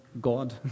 God